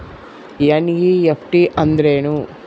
NEFT ಅಂದ್ರೆನು?